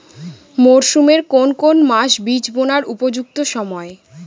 মরসুমের কোন কোন মাস বীজ বোনার উপযুক্ত সময়?